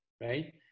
right